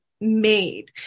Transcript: made